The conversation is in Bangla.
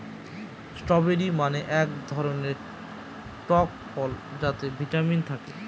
স্ট্রওবেরি মানে হয় এক ধরনের টক ফল যাতে ভিটামিন থাকে